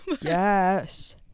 Yes